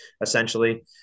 Essentially